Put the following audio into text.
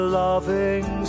loving